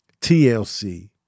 TLC